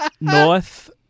North